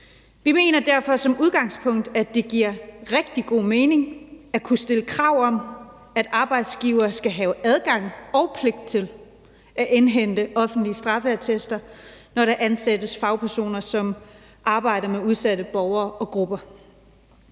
Vi mener derfor som udgangspunkt, at det giver rigtig god mening at kunne stille krav om, at arbejdsgivere skal have adgang til og pligt til at indhente offentlige straffeattester, når der ansættes fagpersoner, som arbejder med udsatte borgere og grupper.